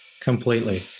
Completely